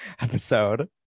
episode